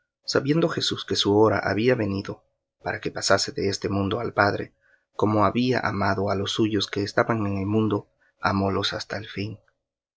sabiendo jesús que su hora había venido para que pasase de este mundo al padre como había amado á los suyos que estaban en el mundo amólos hasta el fin